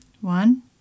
One